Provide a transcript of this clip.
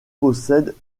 possèdent